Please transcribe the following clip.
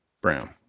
Brown